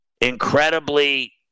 incredibly